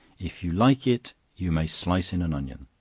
if you like it you may slice in an onion.